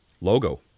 logo